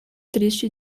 triste